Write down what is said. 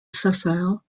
sessile